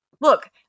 Look